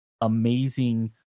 amazing